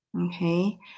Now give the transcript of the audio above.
Okay